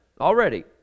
already